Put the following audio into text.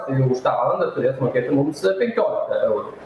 tai jau už tą valandą turėtų mokėti mums penkioliką eurų